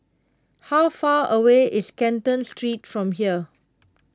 how far away is Canton Street from here